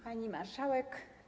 Pani Marszałek!